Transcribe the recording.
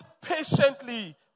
patiently